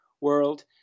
world